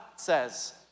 says